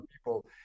people